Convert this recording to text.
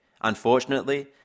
Unfortunately